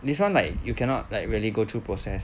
this one like you cannot like really go through process